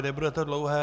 Nebude to dlouhé.